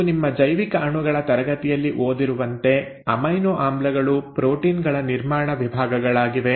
ನೀವು ನಿಮ್ಮ ಜೈವಿಕ ಅಣುಗಳ ತರಗತಿಯಲ್ಲಿ ಓದಿರುವಂತೆ ಅಮೈನೊ ಆಮ್ಲಗಳು ಪ್ರೋಟೀನ್ ಗಳ ನಿರ್ಮಾಣ ವಿಭಾಗಗಳಾಗಿವೆ